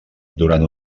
durant